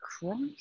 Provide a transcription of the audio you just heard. Christ